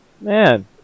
man